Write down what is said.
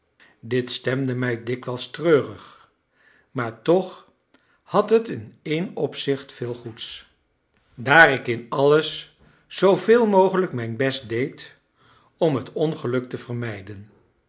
dit stemde mij dikwijls treurig maar toch had het in één opzicht veel goeds daar ik in alles zooveel mogelijk mijn best deed om het ongeluk te vermijden